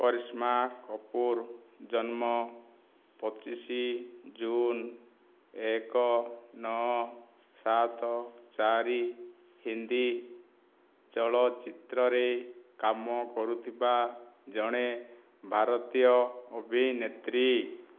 କରିସ୍ମା କପୁର ଜନ୍ମ ପଚିଶ ଜୁନ ଏକ ନଅ ସାତ ଚାରି ହିନ୍ଦୀ ଚଳଚ୍ଚିତ୍ରରେ କାମ କରୁଥିବା ଜଣେ ଭାରତୀୟ ଅଭିନେତ୍ରୀ